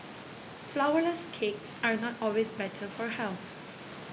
flourless cakes are not always better for health